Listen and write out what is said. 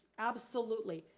absolutely.